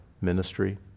ministry